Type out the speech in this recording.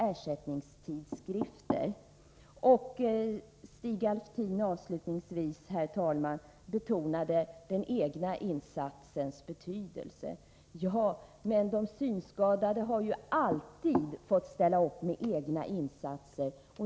Avslutningsvis, herr talman, vill jag säga att Stig Alftin betonade den egna insatsens betydelse. Ja, men de synskadade har ju alltid fått ställa upp med egna insatser.